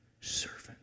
Servant